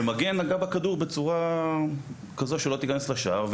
והמגן נגע בכדור בצורה כזו שלא תיכנס לשער,